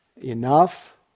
enough